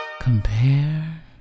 Compare